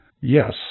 Yes